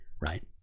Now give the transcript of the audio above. right